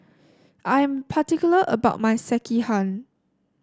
I am particular about my Sekihan